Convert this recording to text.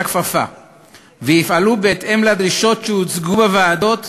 הכפפה ויפעלו בהתאם לדרישות שהוצגו בוועדות,